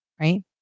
right